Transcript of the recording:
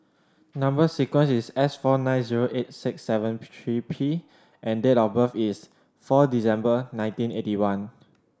number sequence is S four nine zero eight six seven three P and date of birth is four December nineteen eighty one